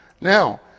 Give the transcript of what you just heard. now